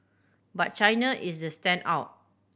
but China is the standout